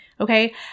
Okay